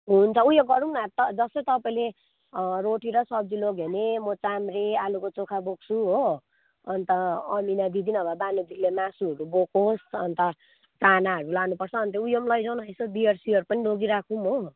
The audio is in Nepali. हुन्छ उयो गरौँ न जस्तो तपाईँले रोटी र सब्जी लोग्यो भने म चाम्रे आलुको चोखा बोक्छु हो अन्त अमिना दिदी नभए वाणी दिदीले मासुहरू बोकोस् अन्त चानाहरू लानुपर्छ अन्त उयो पनि लैजाउँ न यसो बियरसियर पनि लोगिराखौँ हो